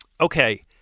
Okay